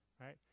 Right